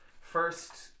first